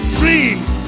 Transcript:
dreams